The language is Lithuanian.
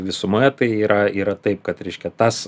visumoje tai yra yra taip kad reiškia tas